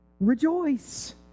rejoice